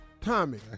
Tommy